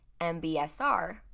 MBSR